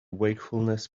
wakefulness